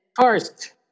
First